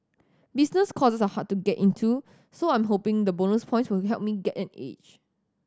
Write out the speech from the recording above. business courses are hard to get into so I am hoping the bonus point will help me get an edge